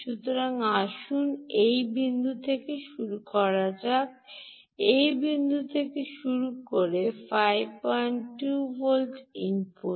সুতরাং আসুন এই বিন্দু থেকে শুরু করা যাক এই বিন্দু থেকে শুরু 52 ভোল্ট ইনপুট